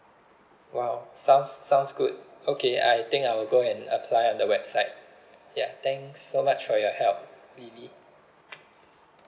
!wow! sounds sounds good okay I think I will go and apply on the website ya thanks so much for your help lily